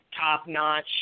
top-notch